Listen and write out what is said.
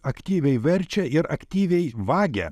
aktyviai verčia ir aktyviai vagia